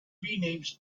renamed